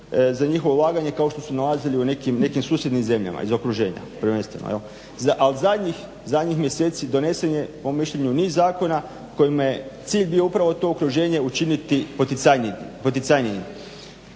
za njihovo ulaganje kao što su nalazili u nekim susjednim zemljama iz okruženja prvenstveno. A zadnjih mjeseci donesen je po mom mišljenju niz zakona kojima je cilj bio upravo to okruženje učiniti poticajnijim.